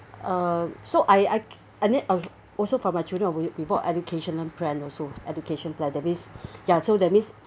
uh so I I I need also for my children we bought educational plan also education plan that means ya so that means